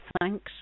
thanks